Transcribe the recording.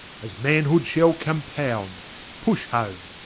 as manhood shal compound push home.